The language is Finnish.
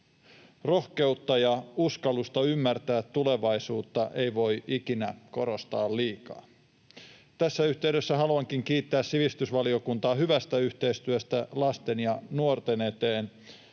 Rohkeutta ja uskallusta ymmärtää tulevaisuutta ei voi ikinä korostaa liikaa. Tässä yhteydessä haluankin kiittää sivistysvaliokuntaa hyvästä yhteistyöstä lasten ja nuorten eteen.